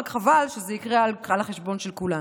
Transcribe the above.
רק חבל שזה יקרה על החשבון של כולנו.